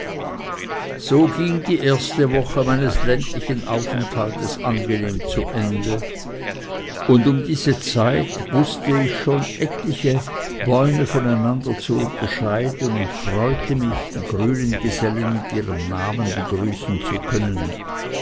so ging die erste woche meines ländlichen aufenthaltes angenehm zu ende und um diese zeit wußte ich schon etwelche bäume voneinander zu unterscheiden und freute mich die grünen gesellen mit ihren namen begrüßen zu können